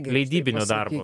leidybinio darbo